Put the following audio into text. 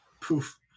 Poof